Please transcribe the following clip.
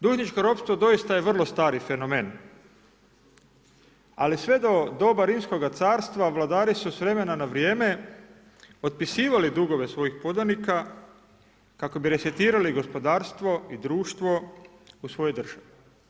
Dužničko ropstvo doista je vrlo stari fenomen, ali sve do doba Rimskoga carstva vladari su s vremena na vrijeme otpisivali dugove svojih podanika kako bi resetirali gospodarstvo i društvo u svojoj državi.